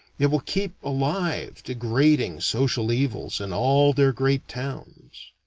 it will keep alive degrading social evils in all their great towns.